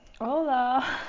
Hola